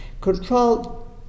control